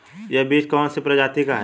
यह बीज कौन सी प्रजाति का है?